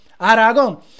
Aragon